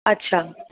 अच्छा